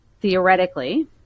theoretically